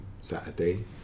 Saturday